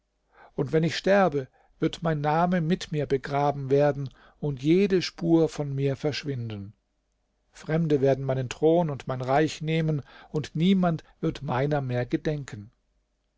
und wenn ich sterbe wird mein name mit mir begraben werden und jede spur von mir verschwinden fremde werden meinen thron und mein reich nehmen und niemand wird meiner mehr gedenken